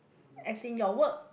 as in your work